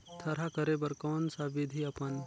थरहा करे बर कौन सा विधि अपन?